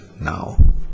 now